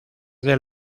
del